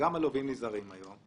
וגם הלווים נזהרים היום,